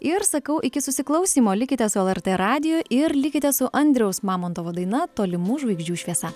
ir sakau iki susiklausymo likite su lrt radiju ir likite su andriaus mamontovo daina tolimų žvaigždžių šviesa